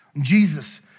Jesus